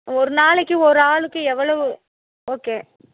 ஒரு நாளைக்கு ஒரு ஆளுக்கு எவ்வளவு ஓகே